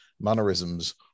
mannerisms